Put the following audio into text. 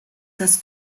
das